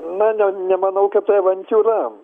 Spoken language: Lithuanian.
na ne nemanau kad tai avantiūra